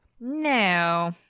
No